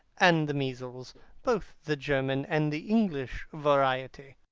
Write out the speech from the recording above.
and the measles both the german and the english variety.